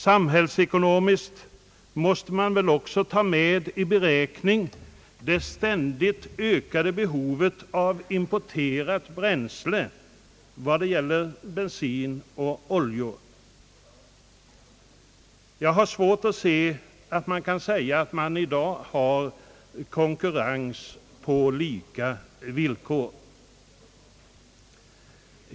Samhällsekonomiskt måste man väl också ta med i beräkningen det ständigt ökade behovet av importerat bränsle, dvs. bensin och oljor. Jag har svårt att se att det i dag råder konkurrens på lika villkor.